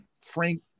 frank